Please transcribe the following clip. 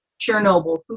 Chernobyl